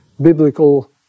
biblical